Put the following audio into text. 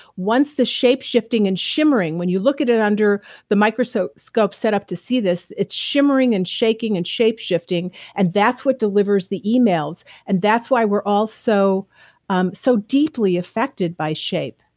once the shape shifting and shimmering, when you look at it under the microscope setup setup to see this, it's shimmering and shaking and shape shifting that's what delivers the emails and that's why we're all so um so deeply affected by shape.